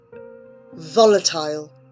Volatile